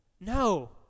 No